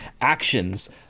actions